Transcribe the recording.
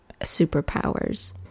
superpowers